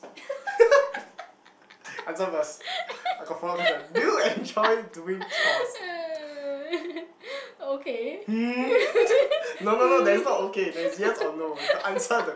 uh okay um